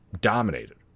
dominated